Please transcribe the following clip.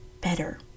better